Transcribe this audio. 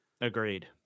Agreed